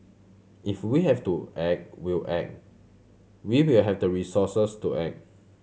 if we have to act we'll act we will have the resources to act